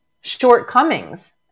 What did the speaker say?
shortcomings